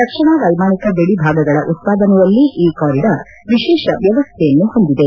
ರಕ್ಷಣಾ ವೈಮಾನಿಕ ಬಿಡಿ ಭಾಗಗಳ ಉತ್ಪಾದನೆಯಲ್ಲಿ ಈ ಕಾರಿಡಾರ್ ವಿಶೇಷ ವ್ಯವಸ್ಥೆಯನ್ನು ಹೊಂದಿದೆ